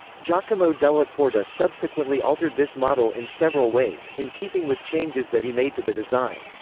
giacomo della porta subsequently altered this model in several ways, in keeping with changes that he made to the design.